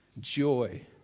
joy